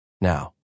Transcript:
now